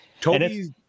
Toby's